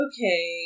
Okay